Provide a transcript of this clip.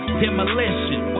demolition